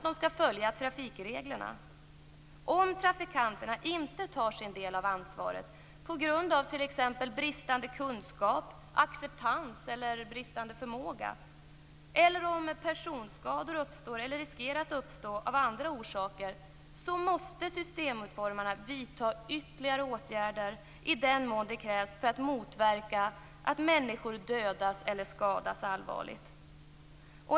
De skall följa trafikreglerna. Om trafikanterna inte tar sin del av ansvaret på grund av t.ex. bristande kunskap och acceptans eller bristande förmåga, eller om personskada uppstår eller riskerar att uppstå av andra orsaker måste systemutformarna vidta ytterligare åtgärder i den mån det krävs för att motverka att människor dödas eller skadas allvarligt.